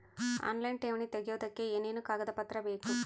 Online ಠೇವಣಿ ತೆಗಿಯೋದಕ್ಕೆ ಏನೇನು ಕಾಗದಪತ್ರ ಬೇಕು?